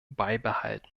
beibehalten